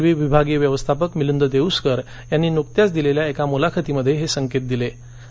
रेल्वेचे विभागीय व्यवस्थापक मिलिंद देऊस्कर यांनी नुकत्याच दिलेल्या एका मुलाखतीत हे संकेत दिले आहेत